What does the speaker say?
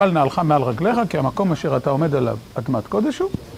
של נעלך מעל רגליך, כי המקום אשר אתה עומד עליו, אדמת קודש הוא.